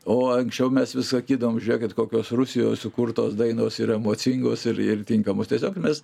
o anksčiau mes vis sakydavom žiūrėkit kokios rusijoj sukurtos dainos ir emocingos ir ir tinkamos tiesiog mes